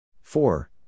four